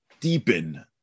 deepen